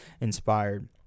inspired